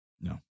No